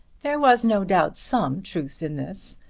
there was no doubt some truth in this.